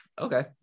okay